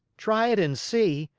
try it and see!